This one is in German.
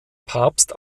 papst